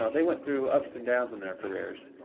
ah they went through ups and downs in their careers.